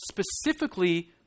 specifically